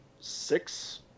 six